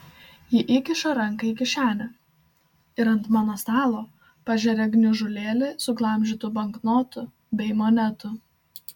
ji įkiša ranką į kišenę ir ant mano stalo pažeria gniužulėlį suglamžytų banknotų bei monetų